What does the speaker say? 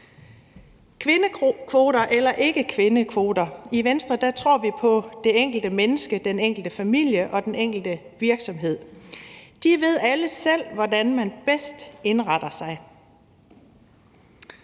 Kvindekvoter eller ikke kvindekvoter – i Venstre tror vi på det enkelte menneske, den enkelte familie og den enkelte virksomhed. De ved alle selv, hvordan man bedst indretter sig.